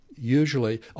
Usually